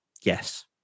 yes